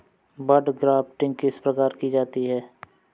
बड grafting किस प्रकार की जाती है?